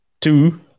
two